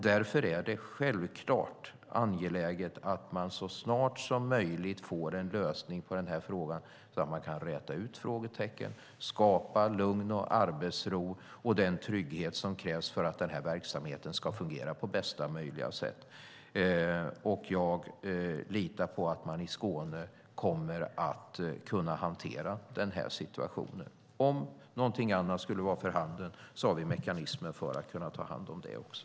Därför är det självklart angeläget att man får en lösning på den här frågan så snart som möjligt så att man kan räta ut frågetecken, skapa lugn och arbetsro och den trygghet som krävs för att den här verksamheten ska fungera på bästa möjliga sätt. Jag litar på att man kommer att kunna hantera den här situationen i Skåne. Om någonting annat skulle vara för handen har vi mekanismer för att ta hand om det också.